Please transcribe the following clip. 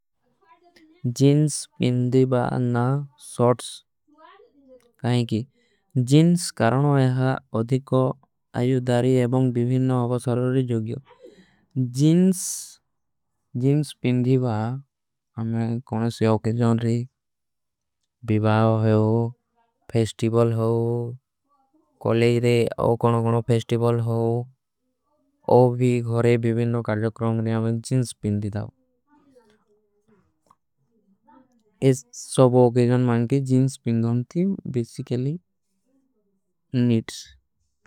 ଜୀନ୍ସ ପିଂଦୀ ବା ଅନ୍ନା ସୌଟ୍ସ କାଈଂ କୀ। ଜୀନ୍ସ କାରଣୋଂ ଏହା ଅଧିକୋ ଆଯୁଦାରୀ ଏବଂଗ ଵିଭୀନୋଂ ହଵା। ସାଲୋରୀ ଜୋଗିଯୋଂ ଜୀନ୍ସ ପିଂଦୀ ବା ଅମେଂ କୌନୋଂ ସେ। ଅକେଜନ ରେ ଵିଭାଵ ହୋ ଫେସ୍ଟିବଲ ହୋ ଜୀନ୍ସ ପିଂଦୀ ବା ଅମେଂ। କୌନୋଂ ସେ ଅକେଜନ ରେ ଵିଭୀନୋଂ ହଵା ସାଲୋରୀ ଜୋଗିଯୋଂ।